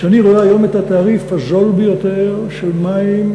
כשאני רואה היום את התעריף הזול ביותר של מים,